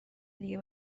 دیگه